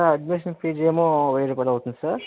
ఆ admission fee ఏమో వెయ్యి రూపాయలు అవుతుంది సార్